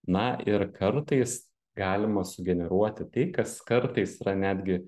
na ir kartais galima sugeneruoti tai kas kartais yra netgi